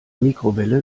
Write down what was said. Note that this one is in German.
mikrowelle